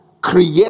create